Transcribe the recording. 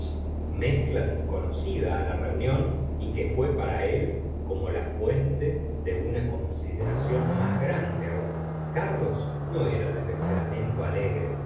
mezcla desconocida la reunión y que fué para él como la fuente de una consideración más grande aún carlos no era de temperamento alegre